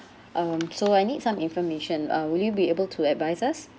um so I need some information uh will you be able to advise us